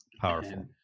Powerful